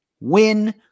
win